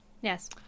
Yes